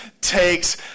takes